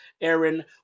Aaron